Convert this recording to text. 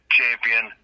champion